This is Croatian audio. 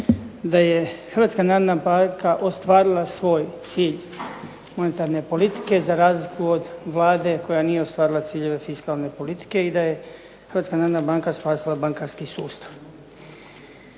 da je HNB ostvarila svoj cilj monetarne politike za razliku od Vlade koja nije ostvarila ciljeve fiskalne politike i da je HNB spasila bankarski sustav.